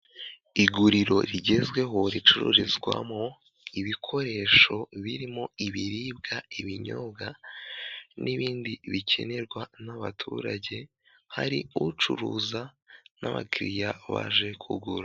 Iguriro rigezweho ricururizwamo ibikoresho birimo; ibiribwa, ibinyobwa, n'ibindi bikenerwa n'abaturage, hari ucuruza n'abakiriya baje kugura.